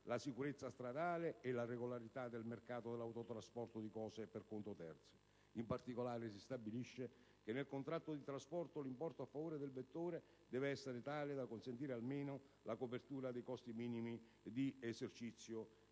la sicurezza stradale e la regolarità del mercato dell'autotrasporto di cose per conto terzi. In particolare, si stabilisce che nel contratto di trasporto l'importo a favore del vettore deve essere tale da consentire almeno la copertura dei costi minimi di esercizio,